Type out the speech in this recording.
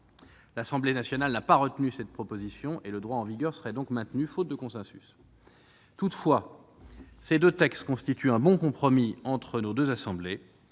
L'Assemblée nationale n'a pas retenu cette proposition. Le droit en vigueur sera donc maintenu, faute de consensus. Toutefois, ces deux textes constituent un bon compromis entre nos deux assemblées.